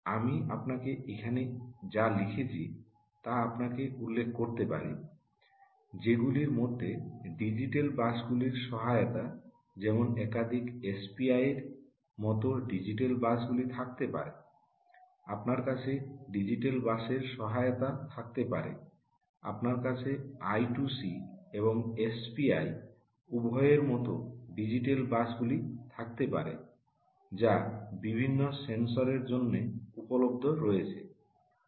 আমি আপনাকে এখানে যা লিখেছি তা আপনাকে উল্লেখ করতে পারি যেগুলির মধ্যে ডিজিটাল বাসগুলির সহায়তা যেমন একাধিক এসপিআইর মতো ডিজিটাল বাসগুলি থাকতে পারে আপনার কাছে ডিজিটাল বাসের সহায়তা থাকতে পারে আপনার কাছে আই 2 সি এবং এসপিআই উভয়ের এই মতো ডিজিটাল বাসগুলি থাকতে পারে যা বিভিন্ন সেন্সরের জন্য উপলব্ধ রয়েছে